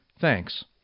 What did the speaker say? Thanks